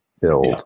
build